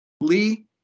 Lee